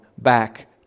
back